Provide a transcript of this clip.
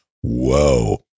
Whoa